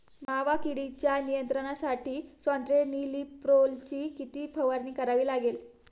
मावा किडीच्या नियंत्रणासाठी स्यान्ट्रेनिलीप्रोलची किती फवारणी करावी लागेल?